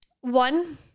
one